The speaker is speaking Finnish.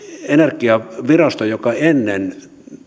energiavirasto joka ennen